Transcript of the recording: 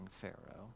Pharaoh